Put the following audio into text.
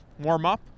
warm-up